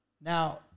now